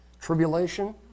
Tribulation